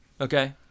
Okay